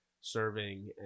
serving